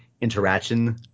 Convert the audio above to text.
interaction